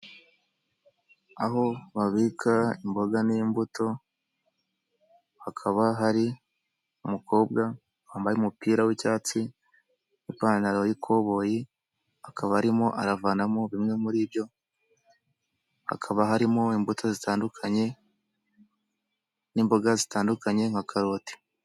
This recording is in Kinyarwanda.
Aho babika imboga n'imbuto hakaba hari umukobwa wambaye umupira w'icyatsi ipantalo y'koboyi, akaba arimo aravanamo bimwe muri byo, hakaba harimo imbuto zitandukanye n'imboga zitandukanye nka karoti.